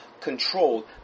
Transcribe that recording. controlled